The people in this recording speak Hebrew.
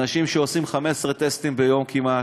אנשים שעושים 15 טסטים ביום כמעט.